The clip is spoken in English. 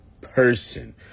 person